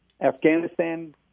Afghanistan